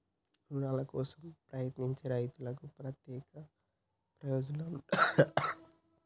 రుణాల కోసం ప్రయత్నించే రైతులకు ప్రత్యేక ప్రయోజనాలు ఉన్నయా?